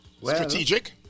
Strategic